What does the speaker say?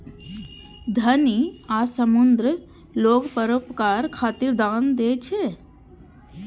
धनी आ समृद्ध लोग परोपकार खातिर दान दै छै